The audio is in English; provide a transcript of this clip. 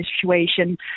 situation